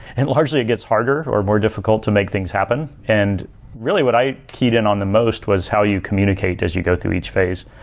and largely it gets harder or more difficult to make things happen and really what i keyed in on the most was how you communicate as you go through each phase.